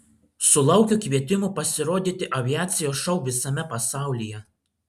sulaukiu kvietimų pasirodyti aviacijos šou visame pasaulyje